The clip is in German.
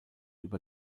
über